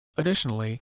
Additionally